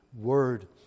Word